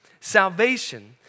salvation